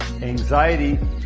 anxiety